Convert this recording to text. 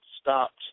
stopped